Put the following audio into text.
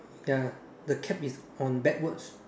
ya the cap is on backwards